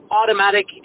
automatic